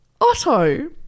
Otto